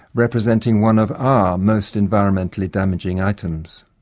representing one of our most environmentally damaging items.